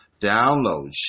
Download